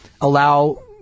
Allow